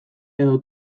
edo